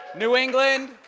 new england.